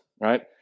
right